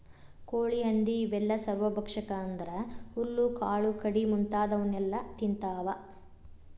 ಕೋಳಿ ಹಂದಿ ಇವೆಲ್ಲ ಸರ್ವಭಕ್ಷಕ ಅಂದ್ರ ಹುಲ್ಲು ಕಾಳು ಕಡಿ ಮುಂತಾದವನ್ನೆಲ ತಿಂತಾವ